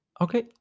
Okay